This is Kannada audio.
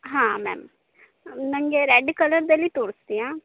ಹಾಂ ಮ್ಯಾಮ್ ನನಗೆ ರೆಡ್ ಕಲರ್ರಲ್ಲಿ ತೋರಿಸ್ತಿಯಾ